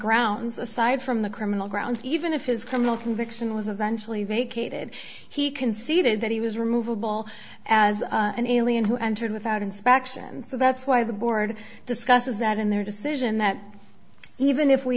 grounds aside from the criminal grounds even if his criminal conviction was eventually vacated he conceded that he was removable as an alien who entered without inspection so that's why the board discusses that in their decision that even if we